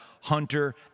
Hunter